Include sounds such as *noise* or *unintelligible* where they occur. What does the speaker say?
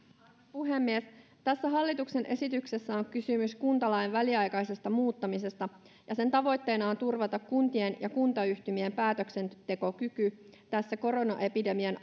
puhemies tässä hallituksen esityksessä on kysymys kuntalain väliaikaisesta muuttamisesta ja sen tavoitteena on turvata kuntien ja kuntayhtymien päätöksentekokyky koronaepidemian *unintelligible*